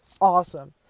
awesome